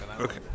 Okay